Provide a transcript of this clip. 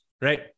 right